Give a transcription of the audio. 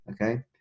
Okay